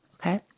Okay